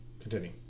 Continue